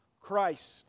Christ